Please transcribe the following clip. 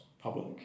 public